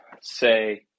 say